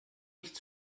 nicht